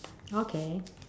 okay